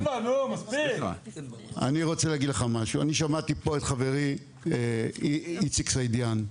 אני שמעתי פה את חברי איציק סעידיאן,